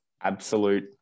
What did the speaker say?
absolute